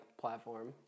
platform